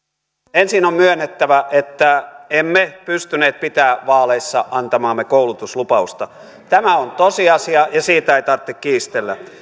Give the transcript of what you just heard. ensin on myönnettävä että emme pystyneet pitämään vaaleissa antamaamme koulutuslupausta tämä on tosiasia ja siitä ei tarvitse kiistellä